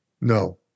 no